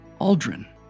aldrin